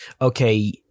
Okay